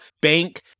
bank